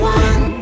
one